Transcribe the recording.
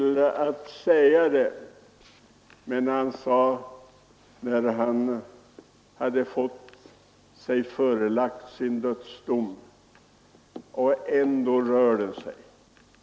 Han sade dessa ord sedan han tvingats förneka jordens rörelse kring solen.